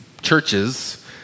churches